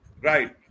Right